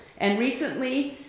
and recently,